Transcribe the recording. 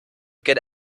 gerne